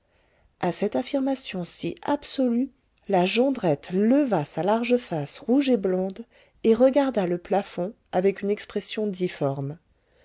à cette affirmation si absolue la jondrette leva sa large face rouge et blonde et regarda le plafond avec une expression difforme